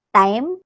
time